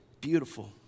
beautiful